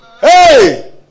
Hey